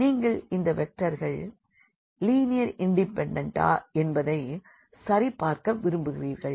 நீங்கள் இந்த வெக்டர்கள் லினியர் இண்டிபெண்டட்டா என்பதை சரிபார்க்க விரும்புவீர்கள்